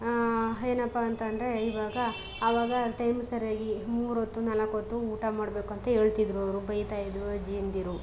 ಏನಪ್ಪ ಅಂತ ಅಂದ್ರೆ ಈವಾಗ ಆವಾಗ ಟೈಮ್ ಸರಿಯಾಗಿ ಮೂರೊತ್ತು ನಾಲ್ಕು ಹೊತ್ತು ಊಟ ಮಾಡಬೇಕು ಅಂತ ಹೇಳ್ತಿದ್ರು ಅವರು ಬೈತಾಯಿದ್ದರು ಅಜ್ಜಿಯಂದಿರು